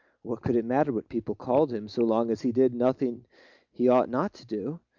what could it matter what people called him, so long as he did nothing he ought not to do?